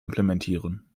implementieren